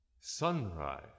Sunrise